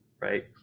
right